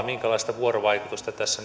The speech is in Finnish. minkälaista vuorovaikutusta tässä